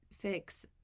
fix